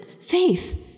Faith